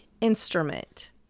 instrument